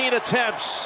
attempts